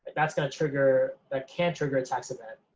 that's going to trigger, that can trigger a tax event,